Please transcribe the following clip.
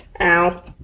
Ow